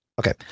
Okay